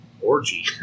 orgy